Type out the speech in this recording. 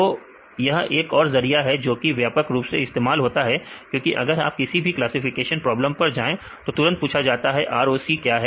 तो यह एक और जरिया है जो कि व्यापक रूप से इस्तेमाल होता है क्योंकि अगर आप किसी भी क्लासिफिकेशन प्रॉब्लम पर जाएं तो तुरंत पूछा जाता है कि ROC क्या है